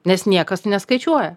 nes niekas neskaičiuoja